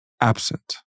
absent